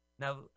Now